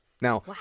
Now